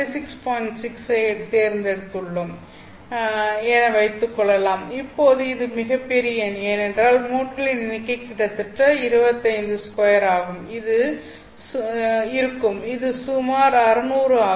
6 ஐ தேர்ந்தெடுத்துள்ளோம் என்று வைத்துக்கொள்வோம் இப்போது இது மிகப் பெரிய எண் ஏனென்றால் மோட்களின் எண்ணிக்கை கிட்டத்தட்ட 252 ஆக இருக்கும் இது சுமார் 600 ஆகும்